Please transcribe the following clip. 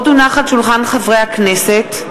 עוד הונח על שולחן חברי הכנסת,